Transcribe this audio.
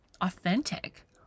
authentic